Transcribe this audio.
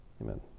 amen